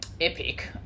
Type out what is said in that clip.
epic